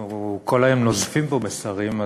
אנחנו כל היום נוזפים פה בשרים,